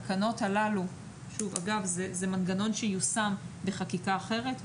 זה מנגנון שיושם בחקיקה אחרת,